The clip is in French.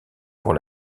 pour